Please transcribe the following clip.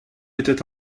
était